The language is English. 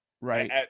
Right